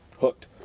Hooked